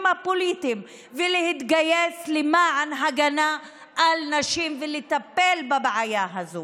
הפוליטית ולהתגייס למען הגנה על נשים ולטפל בבעיה הזאת.